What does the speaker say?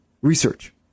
research